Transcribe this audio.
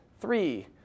Three